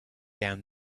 down